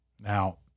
Now